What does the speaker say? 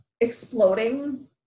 exploding